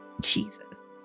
Jesus